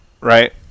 right